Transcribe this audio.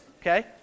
Okay